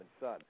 son